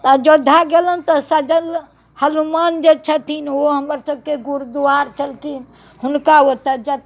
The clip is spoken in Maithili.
अयोध्या गेलहुँ तऽ सजल हनुमान जे छथिन ओ हमरसबके गुरद्वार छलखिन हुनका ओतऽ ज